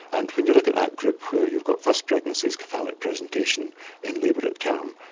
and when you look at that group where you've got first pregnancies, cephalic presentation in labour at at term,